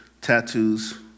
tattoos